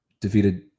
defeated